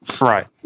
Right